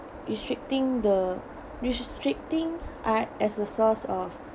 restricting the restricting art as a source of